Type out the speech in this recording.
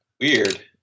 Weird